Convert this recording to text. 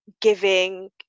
giving